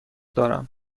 دارم